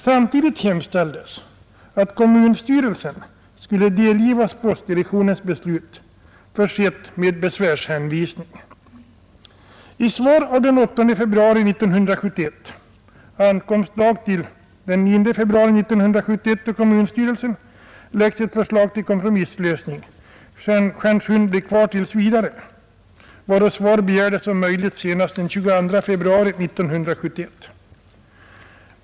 Samtidigt hemställdes att kommunstyrelsen skulle delgivas postdirektionens beslut, försett med besvärshänvisning. I en skrivelse från postdirektionen av den 8 februari 1971 — med ankomstdatum den 9 februari 1971 — till kommunstyrelsen framläggs därefter ett förslag till kompromisslösning: Stjärnsund blir kvar tills vidare. Svar begärdes om möjligt senast den 21 februari 1971.